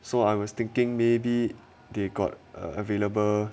so I was thinking maybe they got a available